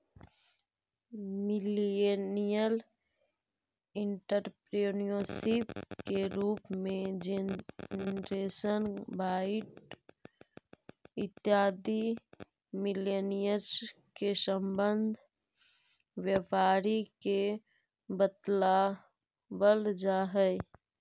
millennial entrepreneurship के रूप में जेनरेशन वाई इत्यादि मिलेनियल्स् से संबंध व्यापारी के बतलावल जा हई